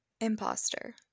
imposter